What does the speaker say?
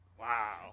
Wow